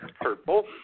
Purple